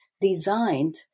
designed